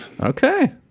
Okay